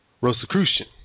Rosicrucian